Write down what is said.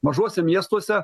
mažuose miestuose